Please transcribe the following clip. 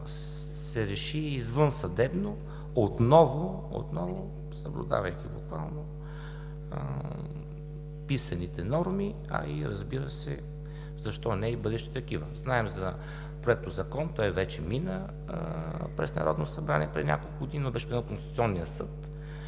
се реши и извънсъдебно, отново съблюдавайки буквално писаните норми, а и ,разбира се, защо не и бъдещи такива. Знаем за Проектозакон, той вече мина през Народно събрание преди няколко дни, но беше даден на Конституционния съд